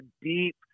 deep